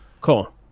Cool